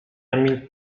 emil